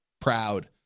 proud